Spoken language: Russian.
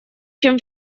чем